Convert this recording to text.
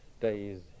days